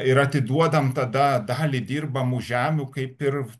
ir atiduodam tada dalį dirbamų žemių kaip ir